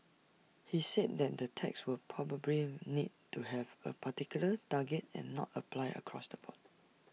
he said that the tax would probably need to have A particular target and not apply across the board